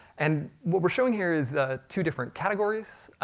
and what we're showing here is two different categories,